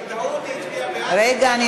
בטעות היא הצביעה בעד, רגע.